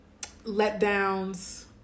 letdowns